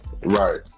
Right